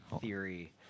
theory